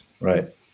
right